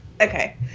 Okay